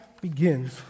begins